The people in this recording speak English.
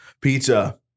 pizza